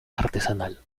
artesanal